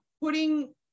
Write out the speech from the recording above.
putting